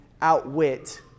outwit